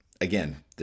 again